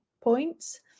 points